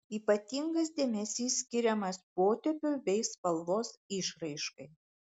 ypatingas dėmesys skiriamas potėpiui bei spalvos išraiškai